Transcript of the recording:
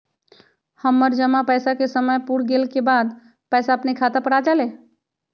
हमर जमा पैसा के समय पुर गेल के बाद पैसा अपने खाता पर आ जाले?